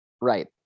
right